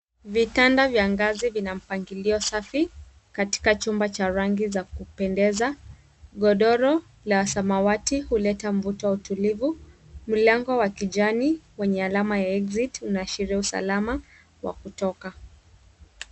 Vitanda vya ngazi vina mpangilio safi katika chumba cha rangi za kupendeza . Godoro la samawati huleta mvuto wa utulivu. Mlango wa kijani wenye alama ya exit unaashiria usalama wa kutoka.